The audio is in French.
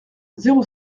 zéro